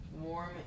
warm